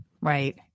Right